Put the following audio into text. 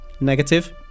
Negative